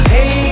Hey